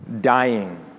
dying